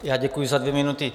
Já děkuji za dvě minuty.